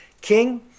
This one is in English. King